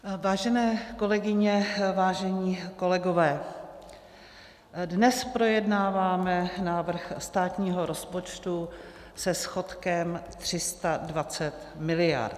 Vážené kolegyně, vážení kolegové, dnes projednáváme návrh státního rozpočtu se schodkem 320 mld.